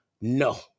No